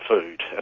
food